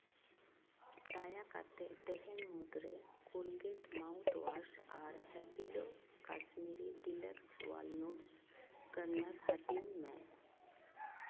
ᱫᱟᱭᱟᱠᱟᱛᱮ ᱛᱮᱦᱮᱧ ᱢᱩᱫᱽᱨᱮ ᱠᱳᱞᱜᱮᱴ ᱢᱟᱣᱩᱛᱷ ᱚᱣᱟᱥ ᱟᱨ ᱦᱮᱯᱤᱞᱳ ᱠᱟᱥᱢᱤᱨᱤ ᱰᱤᱞᱮᱠᱥ ᱚᱣᱟᱞᱩᱴᱥ ᱠᱚᱨᱱᱚᱞᱥ ᱦᱟᱹᱴᱤᱧ ᱢᱮ